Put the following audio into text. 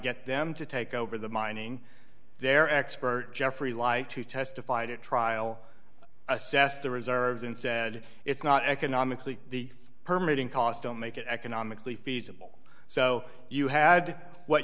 them to take over the mining their expert jeffrey like to testified at trial assess the reserves and said it's not economically the permeating cost don't make it economically feasible so you had what